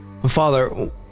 Father